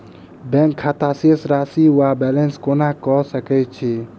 Bank खाता शेष राशि वा बैलेंस केना कऽ सकय छी?